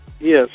Yes